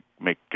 make